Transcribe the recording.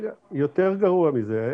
יותר גרוע מזה.